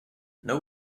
know